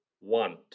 want